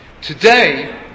Today